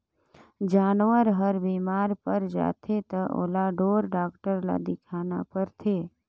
जानवर हर बेमार पर जाथे त ओला ढोर डॉक्टर ल देखाना परथे